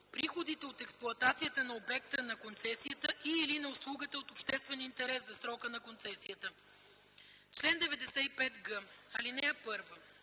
приходите от експлоатацията на обекта на концесията и/или на услугата от обществен интерес за срока на концесията. Чл. 95г. (1)